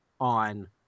on